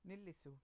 ನಿಲ್ಲಿಸು